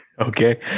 Okay